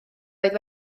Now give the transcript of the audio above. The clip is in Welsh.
oedd